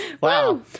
Wow